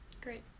Great